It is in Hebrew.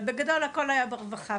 אבל בגדול הכל היה ברווחה,